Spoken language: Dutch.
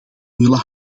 willen